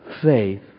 faith